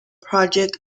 project